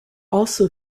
also